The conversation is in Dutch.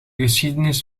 geschiedenis